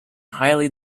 highly